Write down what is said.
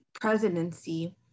presidency